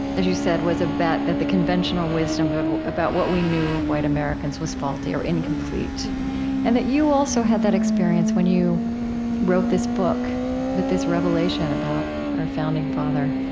as you said, was a bet that the conventional wisdom about what we knew of white americans was faulty or incomplete and that you also had that experience when you wrote this book with this revelation about our founding father